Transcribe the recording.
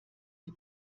sie